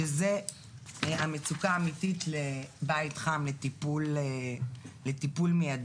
שזה המצוקה האמיתית לבית חם לטיפול מיידי.